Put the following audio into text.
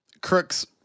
Crooks